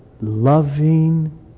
loving